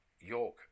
York